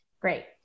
Great